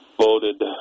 voted